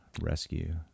Rescue